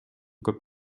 көп